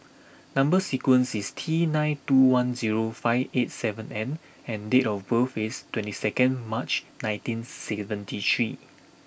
number sequence is T nine two one zero five eight seven N and date of birth is twenty second March nineteen seventy three